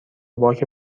باک